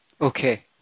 Okay